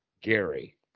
Gary